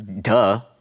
Duh